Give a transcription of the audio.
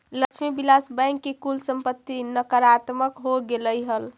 Lakshmi Vilas bank की कुल संपत्ति नकारात्मक हो गेलइ हल